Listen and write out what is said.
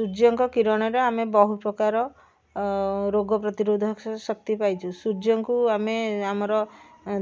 ସୂର୍ଯ୍ୟଙ୍କ କିରଣରେ ଆମେ ବହୁ ପ୍ରକାର ରୋଗ ପ୍ରତିରୋଧକ ଶକ୍ତି ପାଇଛୁ ସୂର୍ଯ୍ୟଙ୍କୁ ଆମେ ଆମର